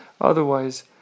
Otherwise